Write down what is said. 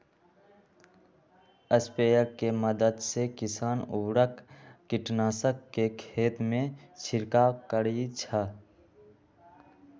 sprayer के मदद से किसान उर्वरक, कीटनाशक के खेतमें छिड़काव करई छई